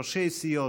ראשי סיעות,